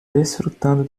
desfrutando